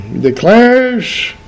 declares